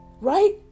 Right